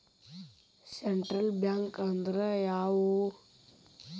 Central bank ಅಂದ್ರ ಯಾವ್ಯಾವು?